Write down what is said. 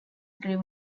grew